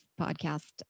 podcast